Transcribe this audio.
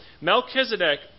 Melchizedek